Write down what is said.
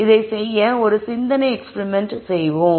இதைச் செய்ய ஒரு சிந்தனை எக்ஸ்பிரிமெண்ட் செய்வோம்